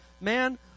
man